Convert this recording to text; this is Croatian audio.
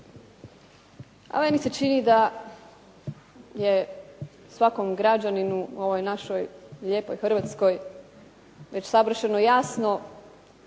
Pa meni se čini da je svakom građaninu u ovoj našoj lijepoj Hrvatskoj već savršeno jasno